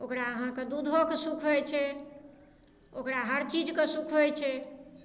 ओकरा अहाँके दूधोके सुख होइ छै ओकरा हर चीजके सुख होइ छै